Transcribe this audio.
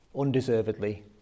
undeservedly